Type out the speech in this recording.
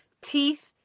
Teeth